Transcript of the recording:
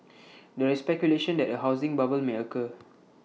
there is speculation that A housing bubble may occur